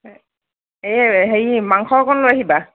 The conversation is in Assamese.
এই হেৰি মাংস অকণ লৈ আহিবা